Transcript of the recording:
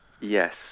Yes